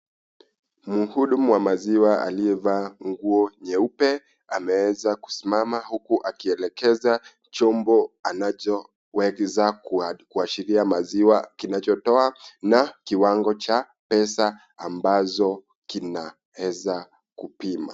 Mhudumu wa maziwa alliyevaa nguo nyeupe ameweza kusimama huku akielekeza chombo anachoweza kuashiria maziwa kinachotoa na kiwango cha pesa ambazo kinaeza kupima.